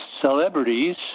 celebrities